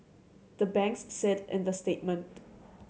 the banks said in the statement